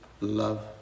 love